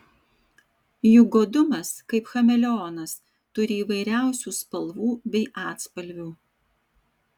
juk godumas kaip chameleonas turi įvairiausių spalvų bei atspalvių